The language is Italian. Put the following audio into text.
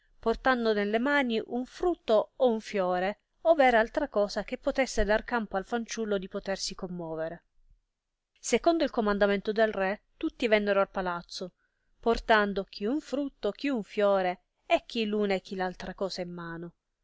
portando nelle mani un frutto o un fiore over altra cosa che potesse dar campo al fanciullo di potersi commovere secondo il comandamento del re tutti vennero al palazzo portando chi un frutto chi un fiore e chi una e chi altra cosa in mano